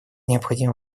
необходим